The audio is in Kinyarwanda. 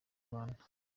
rwanda